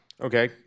Okay